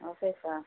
okay sir